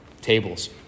tables